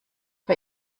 bei